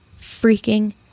freaking